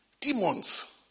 Demons